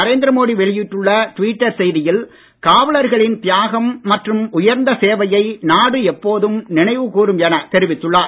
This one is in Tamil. நரேந்திர மோடி வெளியிட்டுள்ள ட்விட்டர் செய்தியில் காவலர்களின் தியாகம் மற்றும் உயர்ந்த சேவையை நாடு எப்போதும் நினைவு கூறும் என தெரிவித்துள்ளார்